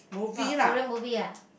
!wah! Korean movie ah